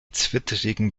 zwittrigen